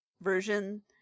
version